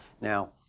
Now